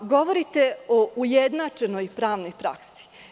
Govorite o ujednačenoj pravnoj praksi.